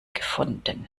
gefunden